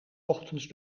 ochtends